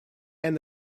and